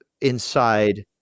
inside